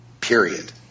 Period